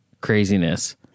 craziness